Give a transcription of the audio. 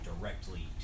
directly